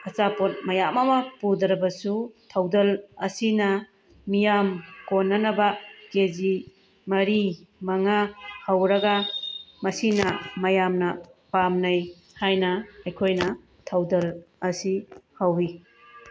ꯑꯆꯥꯄꯣꯠ ꯃꯌꯥꯝ ꯑꯃ ꯄꯨꯗ꯭ꯔꯕꯁꯨ ꯊꯧꯗꯜ ꯑꯁꯤꯅ ꯃꯤꯌꯥꯝ ꯀꯣꯟꯅꯅꯕ ꯀꯦꯖꯤ ꯃꯔꯤ ꯃꯉꯥ ꯍꯧꯔꯒ ꯃꯁꯤꯅ ꯃꯌꯥꯝꯅ ꯄꯥꯝꯅꯩ ꯍꯥꯏꯅ ꯑꯩꯈꯣꯏꯅ ꯊꯧꯗꯜ ꯑꯁꯤ ꯍꯧꯏ